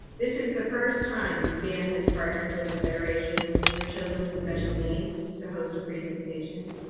this is the first time span has partnered with the federation for children with special needs to host a presentation.